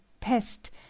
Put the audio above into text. Pest